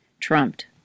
Trumped